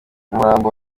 umurambo